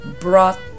brought